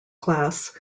class